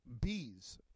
bees